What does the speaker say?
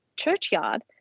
churchyard